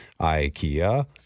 IKEA